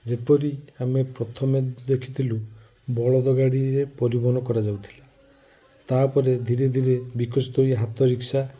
ଯେପରି ଆମେ ପ୍ରଥମେ ଦେଖିଥିଲୁ ବଲଦ ଗାଡ଼ିରେ ପରିବହନ କରାଯାଉଥିଲା ତାପରେ ଧିରେ ଧିରେ ବିକଶିତ ହୋଇ ହାତ ରିକ୍ସା